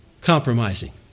compromising